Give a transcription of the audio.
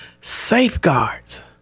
safeguards